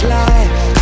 life